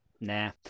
nah